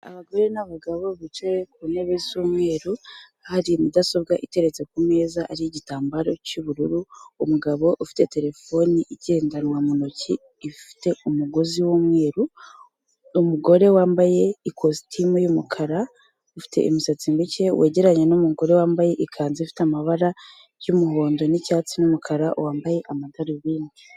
Abagore n'abagabo bicaye ku ntebe z'umweru, hari mudasobwa iteretse ku meza ariho igitambaro cy'ubururu, umugabo ufite terefone igendanwa mu ntoki ifite umugozi w'umweru, umugore wambaye ikositimu y'umukara ufite imisatsi mike wegeranye n'umugore wambaye ikanzu ifite amabara y'umuhondo n'icyatsi n'umukara wambaye amadarubindi.